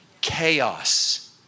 chaos